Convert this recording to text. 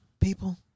people